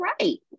right